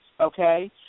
Okay